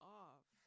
off